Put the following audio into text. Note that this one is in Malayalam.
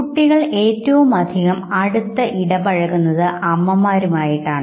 കുട്ടികൾ ഏറ്റവുമധികം അടുത്ത് ഇടപഴകുന്നത് അമ്മമാരും ആയിട്ടാണ്